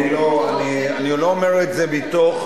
אני לא אומר את זה מתוך,